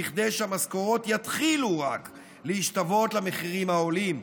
כדי שהמשכורות יתחילו רק להשתוות למחירים העולים,